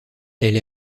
elle